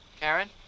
Karen